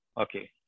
Okay